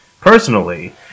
personally